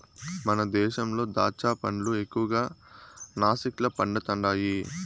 మన దేశంలో దాచ్చా పండ్లు ఎక్కువగా నాసిక్ల పండుతండాయి